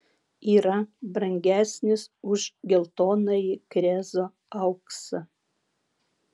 yra brangesnis už geltonąjį krezo auksą